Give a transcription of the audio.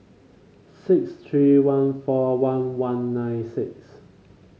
six three one four one one nine six